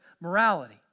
Morality